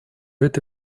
это